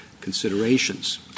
considerations